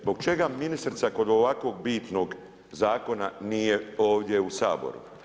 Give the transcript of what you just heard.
Zbog čega ministrica kod ovakvog bitnog Zakona nije ovdje u Saboru.